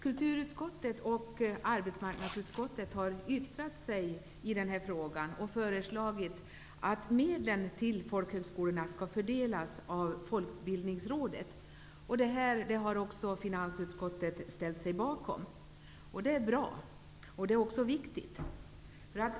Kulturutskottet och arbetsmarknadsutskottet har yttrat sig i denna fråga och föreslagit att medlen till folkhögskolorna skall fördelas av Folkbildningsrådet. Detta har också finansutskottet ställt sig bakom. Det är bra, och det är också viktigt.